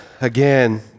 again